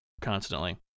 constantly